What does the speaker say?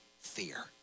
fear